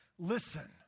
Listen